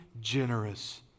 generous